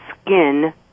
skin